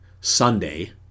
Sunday